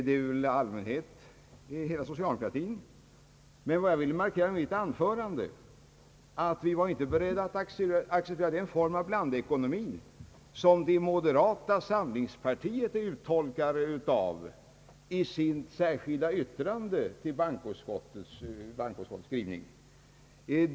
Det är de flesta socialdemokrater, men jag ville med mitt anförande markera att vi inte är beredda att acceptera den form av blandekonomi som moderata samlingspartiets företrädare uttolkar i sitt särskilda yttrande till bankoutskottets utlåtande.